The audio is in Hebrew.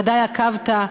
ודאי עקבת,